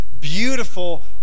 beautiful